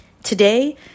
Today